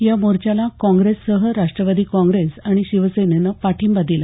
या मोर्चाला काँग्रेससह राष्ट्रवादी काँग्रेस आणि शिवसेनेनं पाठिंबा दिला